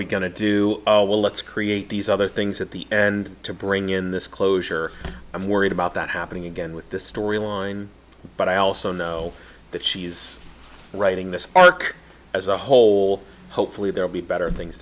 we going to do oh well let's create these other things at the end to bring in this closure i'm worried about that happening again with this storyline but i also know that she's writing this arc as a whole hopefully they'll be better things